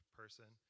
person